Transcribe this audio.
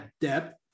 depth